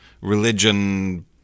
religion